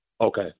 Okay